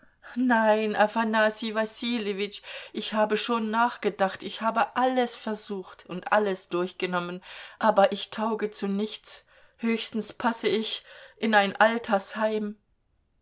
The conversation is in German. nein afanassij wassiljewitsch ich habe schon nachgedacht ich habe alles versucht und alles durchgenommen aber ich tauge zu nichts höchstens passe ich in ein altersheim